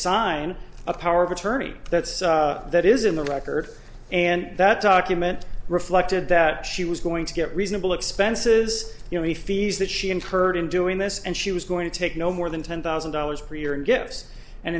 sign a power of attorney that's that is in the record and that document reflected that she was going to get reasonable expenses you know the fees that she incurred in doing this and she was going to take no more than ten thousand dollars per year in gifts and